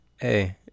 hey